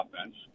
offense